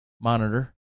monitor